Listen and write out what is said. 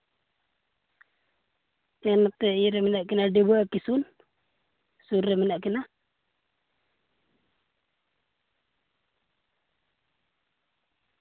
ᱦᱮᱸ ᱱᱚᱛᱮ ᱤᱭᱟᱹ ᱨᱮ ᱢᱮᱱᱟᱜ ᱠᱤᱱᱟᱹ ᱰᱤᱵᱟᱹ ᱟᱨ ᱠᱤᱥᱩᱱ ᱥᱩᱨ ᱨᱮ ᱢᱮᱱᱟᱜ ᱠᱤᱱᱟᱹ